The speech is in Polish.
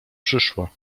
przyszła